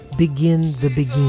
begin the big